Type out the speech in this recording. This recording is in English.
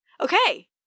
Okay